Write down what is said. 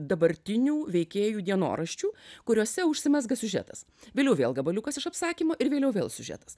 dabartinių veikėjų dienoraščių kuriuose užsimezga siužetas vėliau vėl gabaliukas iš apsakymo ir vėliau vėl siužetas